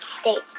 States